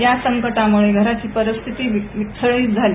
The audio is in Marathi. या संकटामुळे घरची परिस्थिती विस्कळीत झाली